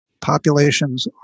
populations